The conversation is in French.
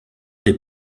des